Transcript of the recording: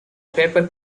paper